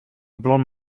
blond